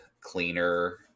cleaner